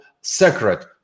sacred